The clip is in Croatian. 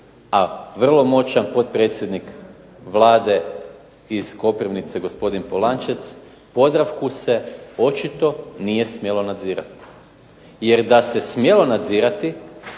a vrlo moćan potpredsjednik Vlade iz Koprivnice gospodin Polančec, Podravku se očito nije smjelo nadzirati jer da se smjelo nadzirati